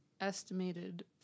Estimated